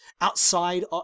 outside